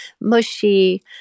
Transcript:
mushy